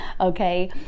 okay